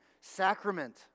sacrament